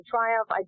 Triumph